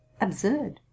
absurd